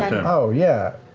oh yeah.